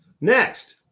Next